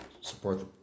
support